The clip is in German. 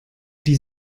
die